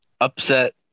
Upset